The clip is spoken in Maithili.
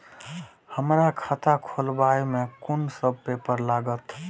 हमरा खाता खोलाबई में कुन सब पेपर लागत?